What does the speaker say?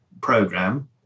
program